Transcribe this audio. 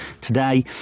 today